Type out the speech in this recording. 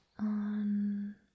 on